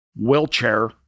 wheelchair